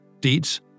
deeds